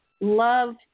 love